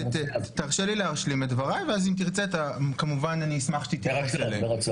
תרשה לי להשלים את דבריי ואז אם תרצה אני כמובן אשמח שתיתן --- ברצון,